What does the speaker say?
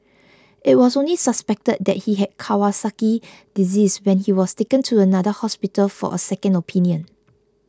it was only suspected that he had Kawasaki disease when he was taken to another hospital for a second opinion